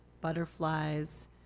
butterflies